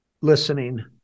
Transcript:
listening